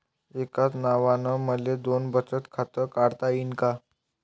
एकाच नावानं मले दोन बचत खातं काढता येईन का?